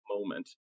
moment